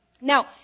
Now